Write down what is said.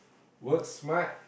work smart